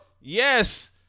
Yes